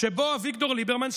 שבו אביגדור ליברמן,